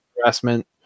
harassment